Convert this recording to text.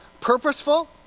purposeful